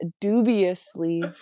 dubiously